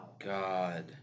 God